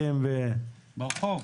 ומתנ"סים.